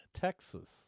Texas